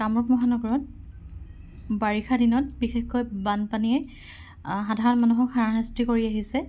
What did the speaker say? কামৰূপ মহানগৰত বাৰিষাৰ দিনত বিশেষকৈ বানপানীয়ে সাধাৰণ মানুহক হাৰাশাস্তি কৰি আহিছে